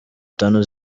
tanu